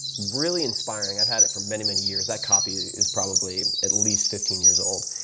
really inspiring. i've had it for many, many years. that copy is probably at least fifteen years old.